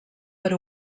per